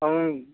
ओं